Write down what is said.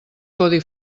codi